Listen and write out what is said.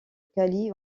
cali